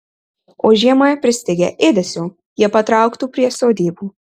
o žiemą pristigę ėdesio jie patrauktų prie sodybų